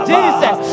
Jesus